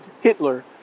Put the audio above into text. Hitler